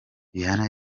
rihanna